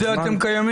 בשביל זה אתם קיימים.